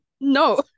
No